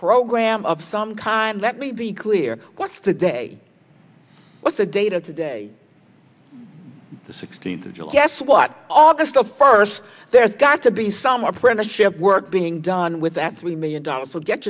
program of some kind let me be clear what's the day what's the data today the sixteenth of july guess what all this stuff first there's got to be some apprenticeship work being done with that three million dollars to get